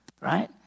right